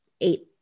eight